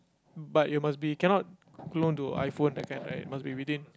but you must be cannot clone to iPhone that kind right must be within